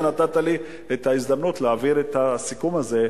שנתת לי את ההזדמנות להעביר את הסיכום הזה לכנסת ישראל.